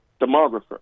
demographer